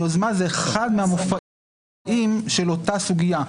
היוזמה זה אחד מהמופעים של אותה סוגיה,